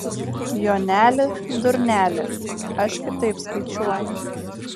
joneli durneli aš kitaip skaičiuoju